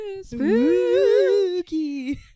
Spooky